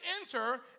enter